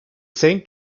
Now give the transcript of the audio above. saint